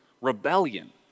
rebellion